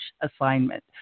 assignment